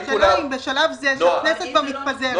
השאלה אם בשלב זה כשהכנסת כבר מתפזרת,